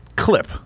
clip